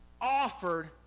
offered